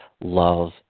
love